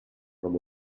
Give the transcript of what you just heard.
from